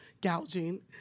gouging